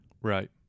Right